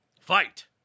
fight